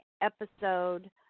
episode